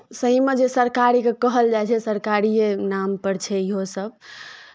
सहीमे जे सरकारीके जे कहल जाइ छै सरकारिए नामपर छै इहोसभ